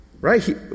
Right